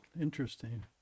interesting